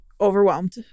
overwhelmed